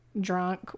drunk